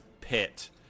pit